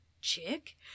chick